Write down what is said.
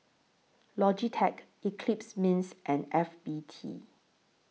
Logitech Eclipse Mints and F B T